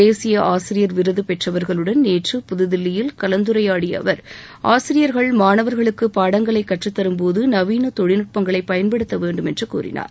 தேசிய ஆசிரியர் விருது பெற்றவர்களுடன் நேற்று புதுதில்லியில் கலந்துரையாடிய போது இதனைத் தெரிவித்த அவர் ஆசிரியர்கள் மாணவர்களுக்கு பாடங்களை கற்றத் தரும்போது நவீன தொழில்நுட்பங்களை பயன்படுத்த வேண்டும் என்று கூறினார்